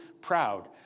proud